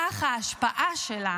כך ההשפעה שלה